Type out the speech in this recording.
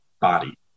body